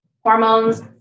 hormones